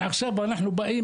ועכשיו אנחנו באים,